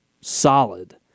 solid